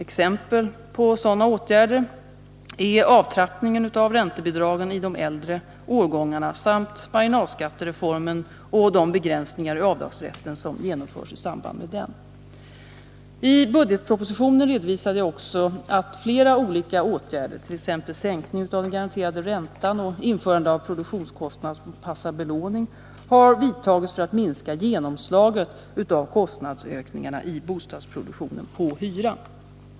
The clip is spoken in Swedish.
Exempel på sådana åtgärder är avtrappningen av räntebidragen i de äldre årgångarna samt marginalskattereformen och de begränsningar i avdragsrätten som genomförs i samband med den. I budgetpropositionen redovisade jag också att flera olika åtgärder, t.ex. sänkning av den garanterade räntan och införande av produktionskostnadsanpassad belåning, har vidtagits för att minska genomslaget av kostnadsökningarna i bostadsproduktionen på hyran.